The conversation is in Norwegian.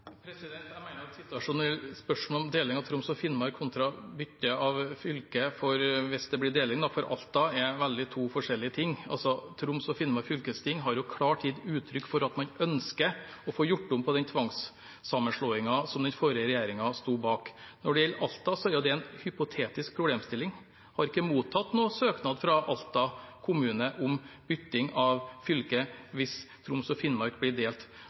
Jeg mener at spørsmålet om deling av Troms og Finnmark kontra bytte av fylke for Alta, hvis det blir deling, er to veldig forskjellige ting. Troms og Finnmark fylkesting har jo klart gitt uttrykk for at man ønsker å få gjort om på den tvangssammenslåingen som den forrige regjeringen sto bak. Når det gjelder Alta, er det en hypotetisk problemstilling. Jeg har ikke mottatt noen søknad fra Alta kommune om bytting av fylke hvis Troms og Finnmark blir delt.